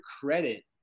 credit